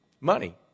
money